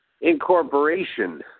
incorporation